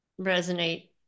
resonate